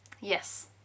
Yes